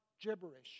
gibberish